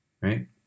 right